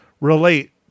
relate